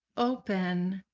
open,